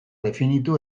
definitu